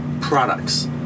products